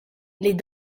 les